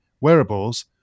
wearables